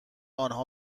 آنها